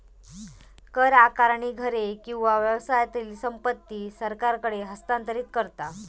कर आकारणी घरे किंवा व्यवसायातली संपत्ती सरकारकडे हस्तांतरित करता